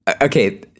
okay